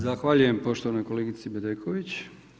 Zahvaljujem poštovanoj kolegici Bedeković.